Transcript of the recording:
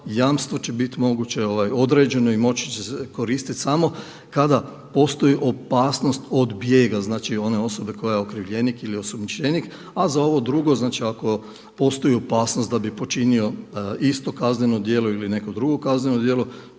jamstvo će biti moguće određeno i moći će se koristiti samo kada postoji opasnost od bijega, znači one osobe koja je okrivljenik ili osumnjičenik. A za ovo drugo znači ako postoji opasnost da bi počinio isto kazneno djelo ili neko drugo kazneno djelo